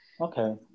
Okay